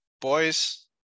boys